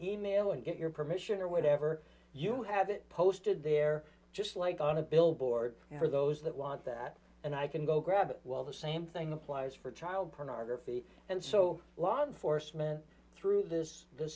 email and get your permission or whatever you have it posted there just like on a billboard for those that want that and i can go grab well the same thing applies for child pornography and so law enforcement through this th